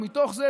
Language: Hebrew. ומתוך זה,